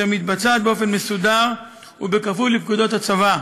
אשר מתבצעת באופן מסודר ובכפוף לפקודות הצבא.